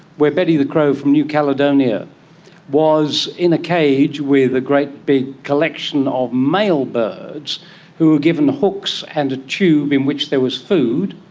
where betty the crow from new caledonia was in a cage with a great big collection of male birds who were given hooks and a tube in which there was food,